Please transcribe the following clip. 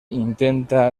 intenta